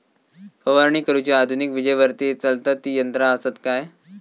फवारणी करुची आधुनिक विजेवरती चलतत ती यंत्रा आसत काय?